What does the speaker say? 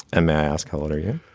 and may i ask, how old are you?